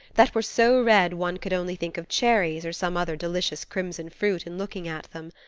that were so red one could only think of cherries or some other delicious crimson fruit in looking at them.